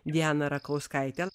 dianą rakauskaitę